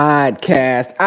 Podcast